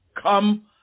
come